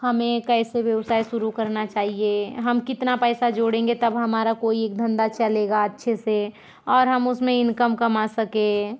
हमें कैसे व्यवसाय शुरू करना चाहिए हम कितना पैसा जोड़ेंगे तब हमारा कोई एक धंधा चलेगा अच्छे से और हम उसमें इनकम कमा सकें